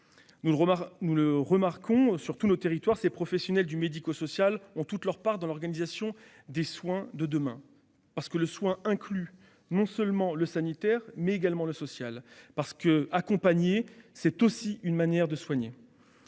Nous le remarquons sur tous nos territoires, les professionnels du secteur médico-social ont toute leur part dans l'organisation des soins de demain, parce que le soin inclut non seulement le sanitaire, mais également le social, parce qu'accompagner est aussi une manière de soigner.